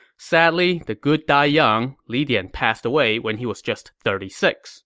sadly, the good died young. li dian passed away when he was just thirty six